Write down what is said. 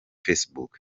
facebook